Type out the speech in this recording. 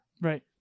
Right